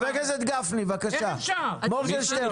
חבר הכנסת גפני, תאפשר למורגנשטרן